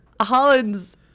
holland's